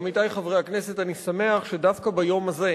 עמיתי חברי הכנסת, אני שמח שדווקא ביום הזה,